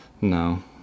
No